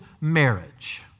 marriage